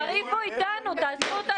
תריבו איתנו, תעזבו אותה